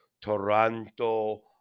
Toronto